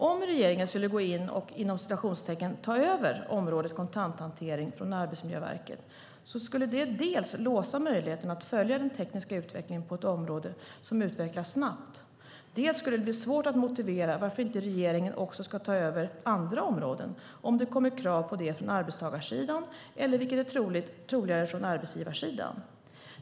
Om regeringen skulle gå in och "ta över" området kontanthantering från Arbetsmiljöverket skulle det låsa möjligheterna att följa den tekniska utvecklingen på ett område som utvecklas snabbt. Det skulle också bli svårt att motivera varför inte regeringen ska "ta över" även andra områden om det kommer krav på det från arbetstagarsidan eller, vilket är troligare, från arbetsgivarsidan.